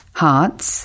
hearts